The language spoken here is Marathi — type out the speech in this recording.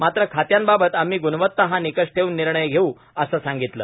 मात्र खात्यांबाबत आम्ही गुणवता हा निकष ठेवून निर्णय घेऊ असं सांगितलं